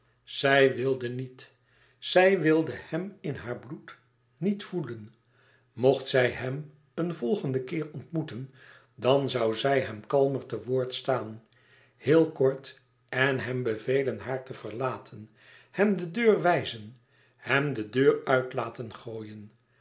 zij wilde niet zij wilde hem in haar bloed niet voelen mocht zij hem een volgenden keer ontmoeten dan zoû zij hem kalmer te woord staan heel kort en hem bevelen haar te verlaten hem de deur wijzen hem de deur uit laten gooien